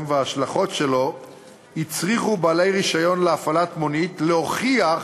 וההשלכות שלו הצריכו בעלי רישיון להפעלת מונית להוכיח